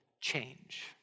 change